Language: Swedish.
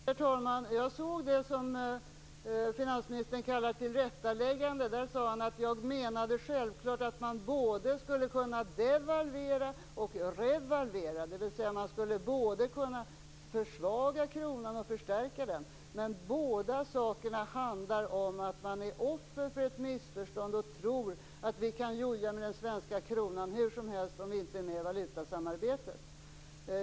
Herr talman! Jag såg det som finansministern kallar ett tillrättaläggande. Då sade han: Jag menade självklart att man både skulle kunna devalvera och revalvera, dvs. att man skulle både kunna försvaga kronan och förstärka den. Men båda sakerna handlar om att man är offer för ett missförstånd och tror att vi kan joja med den svenska kronan hur som helst om vi inte är med i valutasamarbetet.